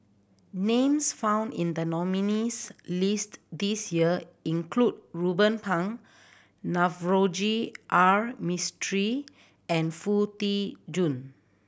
names found in the nominees' list this year include Ruben Pang Navroji R Mistri and Foo Tee Jun